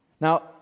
Now